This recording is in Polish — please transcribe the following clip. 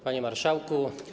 Panie Marszałku!